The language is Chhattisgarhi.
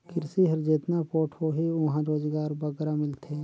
किरसी हर जेतना पोठ होही उहां रोजगार बगरा मिलथे